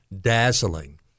dazzling